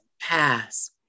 pass